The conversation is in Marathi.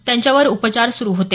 त्यांच्यावर उपचार सुरु होते